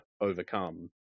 overcome